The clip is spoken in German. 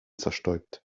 zerstäubt